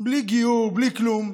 בלי גיור, בלי כלום,